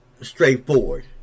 straightforward